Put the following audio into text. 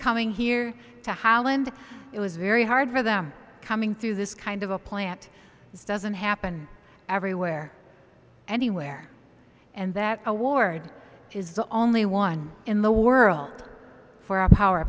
coming here to holland it was very hard for them coming through this kind of a plant this doesn't happen everywhere anywhere and that award is the only one in the world for a power